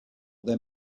there